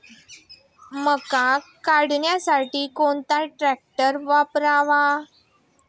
मका काढणीसाठी कोणता ट्रॅक्टर वापरावा?